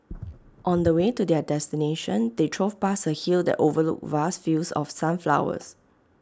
on the way to their destination they drove past A hill that overlooked vast fields of sunflowers